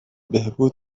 بهبود